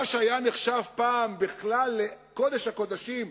מה שהיה נחשב פעם בכלל לקודש הקודשים,